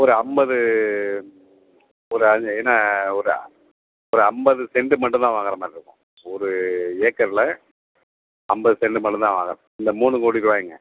ஒரு ஐம்பது ஒரு அஞ் ஏன்னால் ஒரு ஒரு ஐம்பது சென்ட்டு மட்டும் தான் வாங்கிற மாதிரி இருக்கும் ஒரு ஏக்கரில் ஐம்பது சென்ட்டு மட்டும் தான் வாங்கலாம் இந்த மூணு கோடி ரூபாய்ங்க